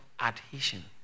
adhesion